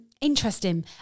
interesting